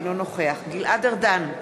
אינו נוכח גלעד ארדן,